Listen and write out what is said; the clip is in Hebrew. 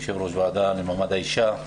יושב-ראש הוועדה למעמד האישה,